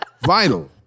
vital